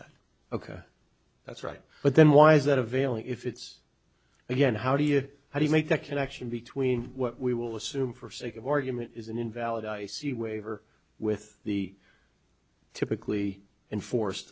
that ok that's right but then why is that a veiling if it's here and how do you how do you make that connection between what we will assume for sake of argument is an invalid i see waiver with the typically enforced